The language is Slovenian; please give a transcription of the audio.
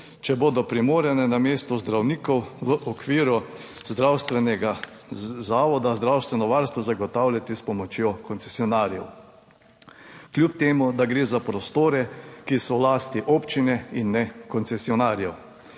če bodo primorane namesto zdravnikov v okviru zdravstvenega zavoda zdravstveno varstvo zagotavljati s pomočjo koncesionarjev kljub temu, da gre za prostore, ki so v lasti občine in ne koncesionarjev.